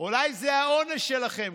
אולי זה העונש שלכם,